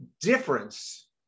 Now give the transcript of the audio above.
difference